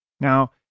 Now